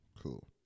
Cool